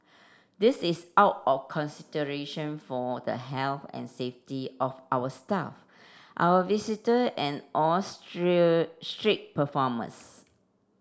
this is out of consideration for the health and safety of our staff our visitor and all street performers